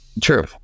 True